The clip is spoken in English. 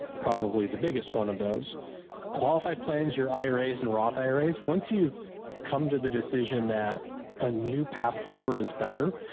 probably the biggest one of those qualified plans, your iras and roth iras, once you've come to the decision that a new path forward is better,